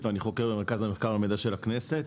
אני חוקר במרכז המחקר והמידע של הכנסת.